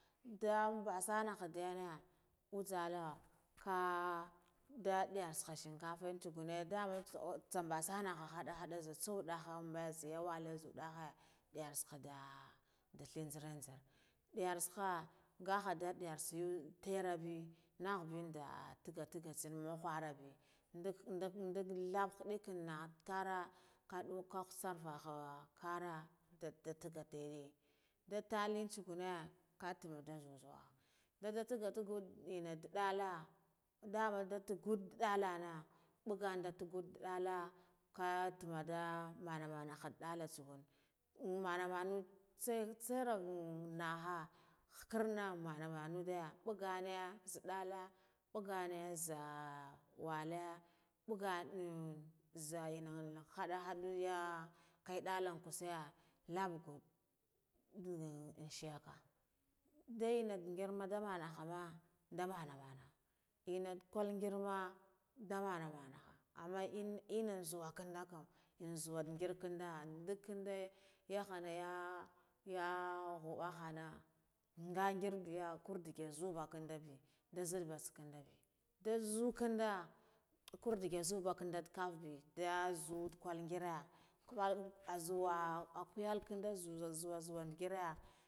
Nda mbasana ghadayane ud uzalla kah da diyarha shankafa tsa gane daman tsa mbasanaha hadda tsaha hadasa ambe zeya walle zuduhe, diyar tsaha ndu tihi nzara nzar diyar tsaha ngaha da diyar yun tera be nah ben nda tagga tagga amman hara be ndag ndag thabba hidik anhha tara kadauka khur kakka kara dad dad datagga tee, da tallen tsugune take da zuzuwaha daddah tagga taggan enna ndu dalla, daman da taggud dallana buggan dan tugadde dalla katama da manu mana hadd dalla tsagun am mana manun tse tsarar naba hukkarna manude buggane nzed dalle mbugane za walle mbugane am za enna man hadda hadda neya kai dallan kasiya labangun am asheyaga, nda enna ngirama da manahama nda mana mana enna kal ngirma nda mana mana amman in ina zuwa karda kam nzuwa ngir kunda ndak ndai hanaya ya yahabahana, nga ngir biya kardige zubaka ndube nda nzidde tsakanadabe da zukanda karde ge zu bakanda kaff be nda zu ndak kul ngira kul azu waa zuwa